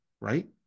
right